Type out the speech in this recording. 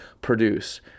produce